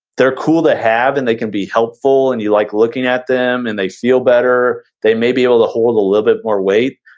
they're cool to have and they can be helpful, and you like looking at them and they feel better, they may be able to hold a little bit more weight.